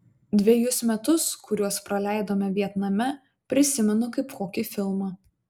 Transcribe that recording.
dvejus metus kuriuos praleidome vietname prisimenu kaip kokį filmą